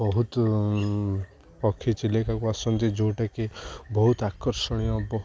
ବହୁତ ପକ୍ଷୀ ଚିଲିକାକୁ ଆସନ୍ତି ଯେଉଁଟାକି ବହୁତ ଆକର୍ଷଣୀୟ